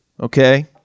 Okay